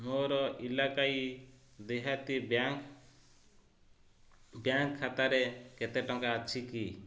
ମୋର ଇଲାକାଈ ଦେହାତୀ ବ୍ୟାଙ୍କ୍ ବ୍ୟାଙ୍କ୍ ଖାତାରେ କେତେ ଟଙ୍କା ଅଛି କି